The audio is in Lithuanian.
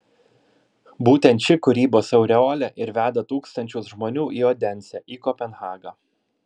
būtent ši kūrybos aureolė ir veda tūkstančius žmonių į odensę į kopenhagą